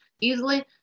easily